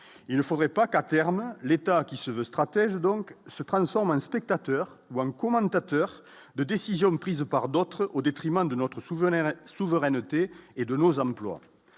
il ne faudrait pas qu'à terme l'État qui se veut stratège donc ce train de 120 spectateurs One commentateur de décisions prises par d'autres, au détriment de notre souvenir, la souveraineté et de nos emplois